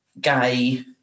gay